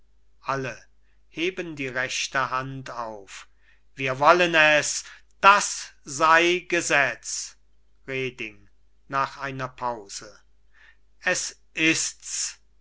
alle heben die rechte hand auf wir wollen es das sei gesetz reding nach einer pause es ist's